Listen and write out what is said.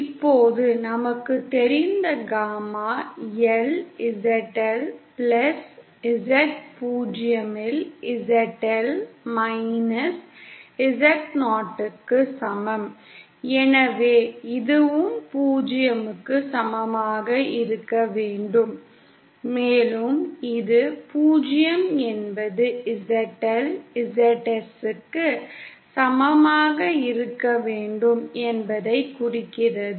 இப்போது நமக்குத் தெரிந்த gamma L ZL plus Z 0 இல் ZL மைனஸ் Z0 க்கு சமம் எனவே இதுவும் 0 க்கு சமமாக இருக்க வேண்டும் மேலும் இது 0 என்பது ZL ZS க்கு சமமாக இருக்க வேண்டும் என்பதைக் குறிக்கிறது